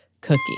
cookie